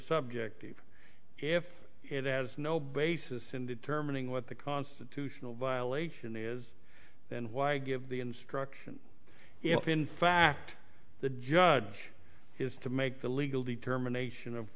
subjective if it has no basis in determining what the constitutional violation is and why give the instruction if in fact the judge is to make the legal determination of